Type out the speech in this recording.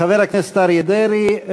חבר הכנסת אריה דרעי,